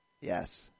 Yes